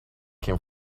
came